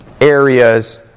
Areas